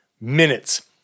minutes